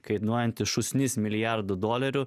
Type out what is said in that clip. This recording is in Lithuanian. kainuojanti šūsnis milijardų dolerių